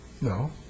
No